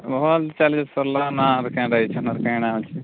ମୋହନ୍ ଚାଲି ସରିଲା ନା ଆର୍ କେନ୍ତା ଇଛା ନା କେଣା ଅଛି